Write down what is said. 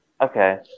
Okay